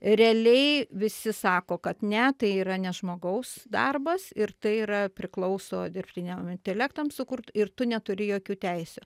realiai visi sako kad ne tai yra ne žmogaus darbas ir tai yra priklauso dirbtiniam intelektam sukurt ir tu neturi jokių teisių